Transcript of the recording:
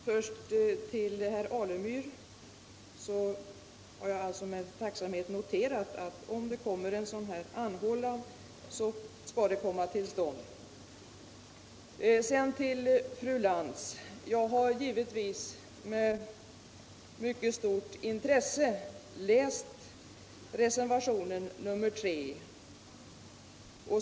Herr talman! Först vill jag säga till herr Alemyr att jag med tacksamhet har noterat att en kurs i detta ämne alltså skall komma till stånd om det görs en anhållan om det. Sedan till fru Lantz: Jag har givetvis med mycket stort intresse läst reservationen 3.